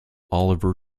oliver